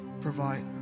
provide